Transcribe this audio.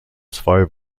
zwei